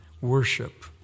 worship